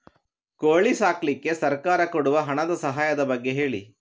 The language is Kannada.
ಕೋಳಿ ಸಾಕ್ಲಿಕ್ಕೆ ಸರ್ಕಾರ ಕೊಡುವ ಹಣದ ಸಹಾಯದ ಬಗ್ಗೆ ಹೇಳಿ